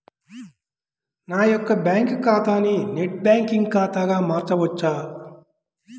నా యొక్క బ్యాంకు ఖాతాని నెట్ బ్యాంకింగ్ ఖాతాగా మార్చవచ్చా?